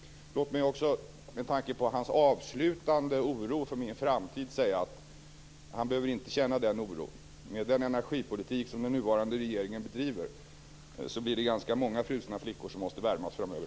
Med tanke på Anders Sundströms avslutande oro för min framtid kan jag säga att han inte behöver känna den oron. Med den energipolitik den nuvarande regeringen bedriver blir det många frusna flickor som måste värmas framöver.